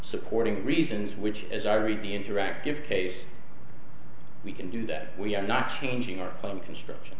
supporting reasons which as i read the interactive case we can do that we are not changing our construction